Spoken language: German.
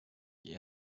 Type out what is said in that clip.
die